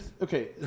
Okay